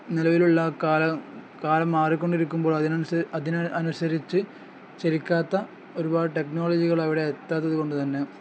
നിലവിലുള്ള കാലം മാറിക്കൊണ്ടിരിക്കുമ്പോൾ അതിനനുസരിച്ചു ചലിക്കാത്ത ഒരുപാട് ടെക്നോളജികൾ അവിടെ എത്താത്തതു കൊണ്ടുതന്നെ